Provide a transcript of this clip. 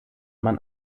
man